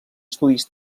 estudis